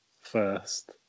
first